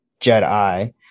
Jedi